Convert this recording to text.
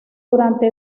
durante